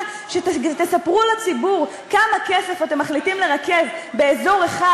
שתספרו לציבור כמה כסף אתם מחליטים לרכז באזור אחד,